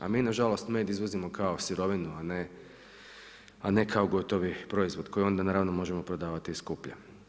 A mi nažalost med izvozimo kao sirovinu, a ne kao gotovo proizvod, koji onda naravno možemo prodavati i skuplje.